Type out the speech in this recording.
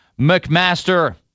McMaster